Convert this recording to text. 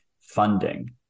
funding